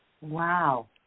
Wow